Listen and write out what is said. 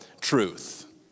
truth